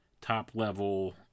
top-level